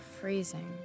freezing